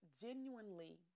genuinely